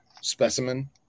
specimen